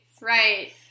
Right